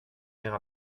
maire